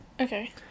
Okay